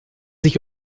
sich